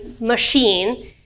machine